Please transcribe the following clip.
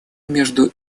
между